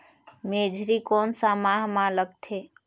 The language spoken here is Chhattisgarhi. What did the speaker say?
मेझरी कोन सा माह मां लगथे